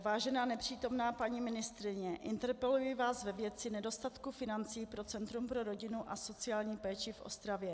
Vážená nepřítomná paní ministryně, interpeluji vás ve věci nedostatku financí pro Centrum pro rodinu a sociální péči Ostrava.